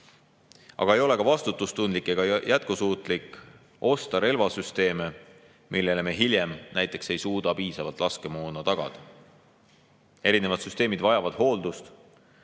Aga ei ole ka vastutustundlik ega jätkusuutlik osta relvasüsteeme, millele me hiljem näiteks ei suuda piisavalt laskemoona tagada. Erinevad süsteemid vajavad hooldust.